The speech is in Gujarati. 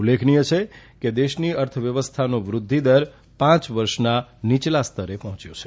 ઉલ્લેખનીય છે કે દેશની અર્થવ્યવવસ્થાનો વૃષ્ધ દર પાંચ વર્ષના નિયલા સ્તરે પહોંચ્યો છે